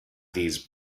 these